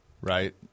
right